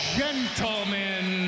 gentlemen